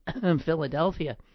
Philadelphia